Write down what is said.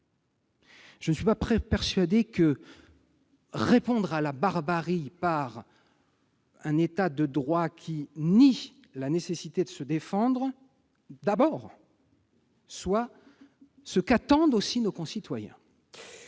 Je ne suis pas persuadé que répondre à la barbarie par un État de droit qui commence par nier la nécessité de se défendre soit ce qu'attendent nos concitoyens.